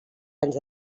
anys